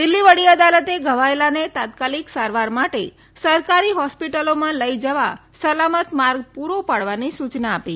દિલ્હી વડી અદાલતે ઘવાયેલાને તત્કાળ સારવાર માટે સરકારી હોસ્પિટલોમાં લઈ જવા સલામત માર્ગ પૂરો પાડવાની સૂચના આપી